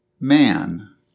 Man